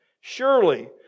Surely